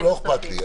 לא אכפת לי.